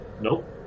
Nope